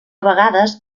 vegades